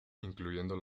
incluyendo